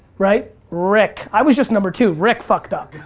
right? rick, i was just number two. rick fucked up.